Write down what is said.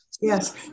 Yes